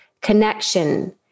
connection